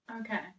Okay